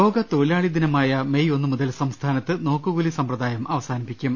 ലോക തൊഴിലാളിദിനമായ മേയ് ഒന്ന് മുതൽ സംസ്ഥാനത്ത് നോക്കു കൂലി സമ്പ്രദായം അവസാനിപ്പിക്കും